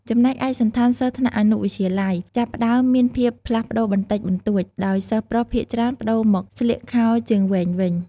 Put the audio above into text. ចំពោះឯកសណ្ឋានសិស្សថ្នាក់អនុវិទ្យាល័យ ចាប់ផ្ដើមមានភាពផ្លាស់ប្តូរបន្តិចបន្តួច ដោយសិស្សប្រុសភាគច្រើនប្តូរមកស្លៀកខោជើងវែងវិញ។